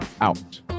out